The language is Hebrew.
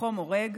החום הורג.